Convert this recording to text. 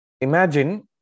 Imagine